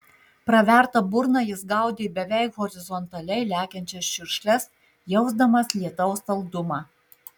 praverta burna jis gaudė beveik horizontaliai lekiančias čiurkšles jausdamas lietaus saldumą